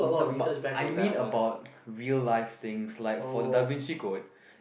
no but I mean about real live things like for the Davinci Code